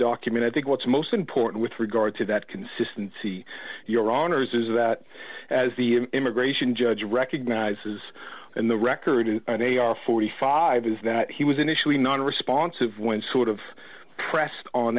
document i think what's most important with regard to that consistency your honour's is that as the immigration judge recognizes in the record and they are forty five is that he was initially non responsive when sort of pressed on